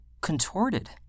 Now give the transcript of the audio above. contorted